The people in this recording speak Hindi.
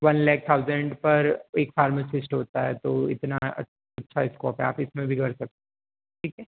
वन लैक थाउजेंड पर एक फार्मेसिस्ट होता है तो इतना अच्छा स्कोप है आप इसमें भी कर सकते ठीक है